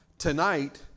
Tonight